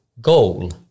goal